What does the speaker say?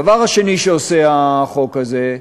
דבר שני שעושה החוק הזה,